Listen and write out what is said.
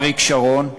אריק שרון,